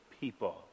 people